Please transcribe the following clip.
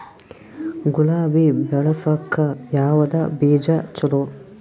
ಗುಲಾಬಿ ಬೆಳಸಕ್ಕ ಯಾವದ ಬೀಜಾ ಚಲೋ?